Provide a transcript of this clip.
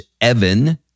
Evan